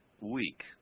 weak